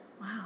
wow